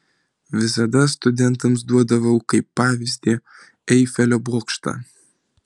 visada studentams duodavau kaip pavyzdį eifelio bokštą